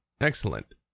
excellent